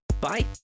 bye